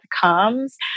comes